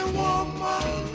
woman